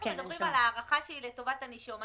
אנחנו מדברים על הארכה שהיא לטובת הנישום.